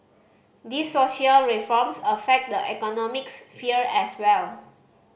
these social reforms affect the economic sphere as well